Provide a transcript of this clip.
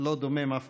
הזה דומם בנושא.